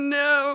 no